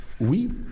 Oui